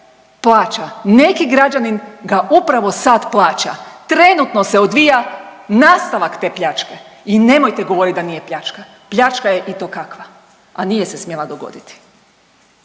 neki građanin ga upravo sad plaća. Trenutno se odvija nastavak te pljačke i nemojte govoriti da nije pljačka, pljačka je i to kakva, a nije se smjela dogoditi.